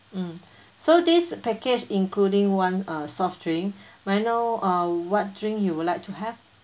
mm so this package including one uh soft drink may I know uh what drink you would like to have